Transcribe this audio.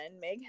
Meg